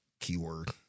keyword